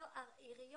זה ידוע לכל הלשכות?